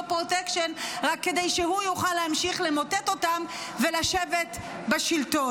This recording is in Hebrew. פרוטקשן רק כדי שהוא יוכל להמשיך למוטט אותם ולשבת בשלטון,